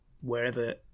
wherever